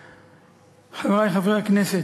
חברי חברי הכנסת,